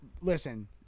Listen